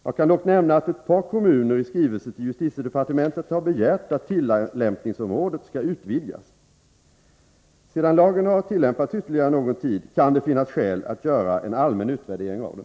Jag kan dock nämna att ett par kommuner i skrivelser till justitiedepartementet har begärt att tillämpningsområdet skall utvidgas. Sedan lagen har tillämpats ytterligare någon tid kan det finnas skäl att göra en allmän utvärdering av den.